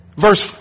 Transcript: Verse